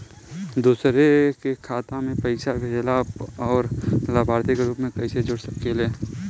दूसरे के खाता में पइसा भेजेला और लभार्थी के रूप में कइसे जोड़ सकिले?